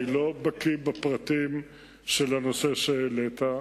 אני לא בקי בפרטים של הנושא שהעלית.